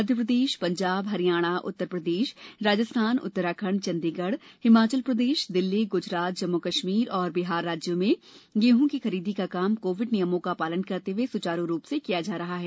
मध्य प्रदेश पंजाब हरियाणा उत्तर प्रदेश राजस्थान उत्तराखंड चंडीगढ़ हिमाचल प्रदेश दिल्ली गुजरात जम्मू कश्मीर और बिहार राज्यों में गेहूं की खरीदी का काम कोविड नियमों का पालन करते हुए सुचारू रूप से किया जा रहा है